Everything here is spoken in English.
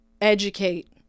educate